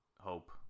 hope